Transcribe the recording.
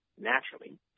naturally